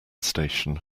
station